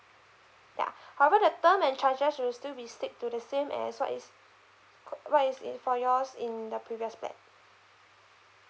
ya however the term and charges will still be stick to the same as what is what is in for yours in the previous plan